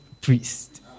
priest